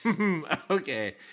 Okay